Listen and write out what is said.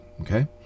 Okay